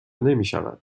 نمیشود